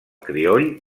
crioll